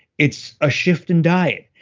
it's a shift in diet.